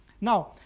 Now